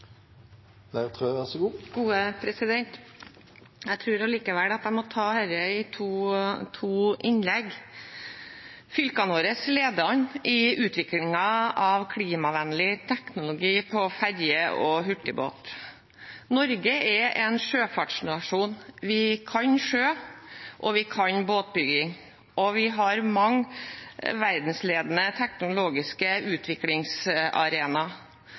Jeg tror allikevel at jeg må ta dette i to innlegg. Fylkene våre leder an i utvikling av klimavennlig teknologi på ferje- og hurtigbåt. Norge er en sjøfartsnasjon. Vi kan sjø, og vi kan båtbygging, og vi har mange verdensledende teknologiske